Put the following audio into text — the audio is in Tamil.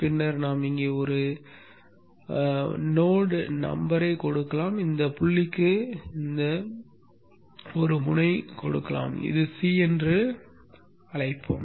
பின்னர் நாம் இங்கே ஒரு முனை எண்ணைக் கொடுக்கலாம் இந்த புள்ளிக்கு ஒரு முனையை கொடுக்கலாம் இதை c என்று அழைப்போம்